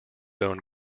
own